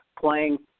playing